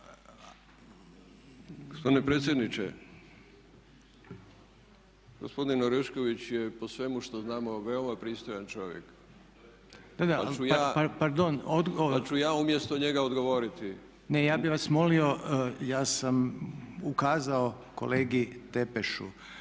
predsjedniče, gospodin Orešković je po svemu što znamo veoma pristojan čovjek pa ću ja umjesto njega odgovoriti. **Reiner, Željko (HDZ)** Pardon, ne ja bih vas molio, ja sam ukazao kolegi Tepešu,